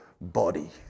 body